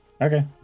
Okay